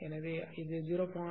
எனவே இது 0